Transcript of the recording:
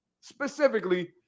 Specifically